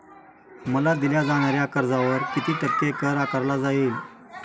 मला दिल्या जाणाऱ्या कर्जावर किती टक्के कर आकारला जाईल?